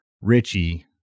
Richie